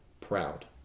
proud